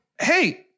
hey